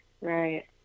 Right